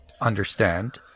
understand